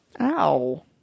Ow